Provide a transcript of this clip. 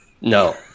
No